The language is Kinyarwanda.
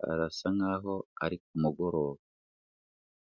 Harasa nk'aho ari ku mugoroba.